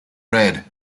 read